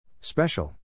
Special